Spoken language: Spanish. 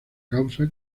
causa